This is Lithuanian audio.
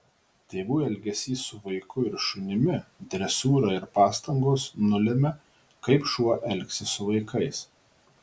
tėvų elgesys su vaiku ir šunimi dresūra ir pastangos nulemia kaip šuo elgsis su vaikais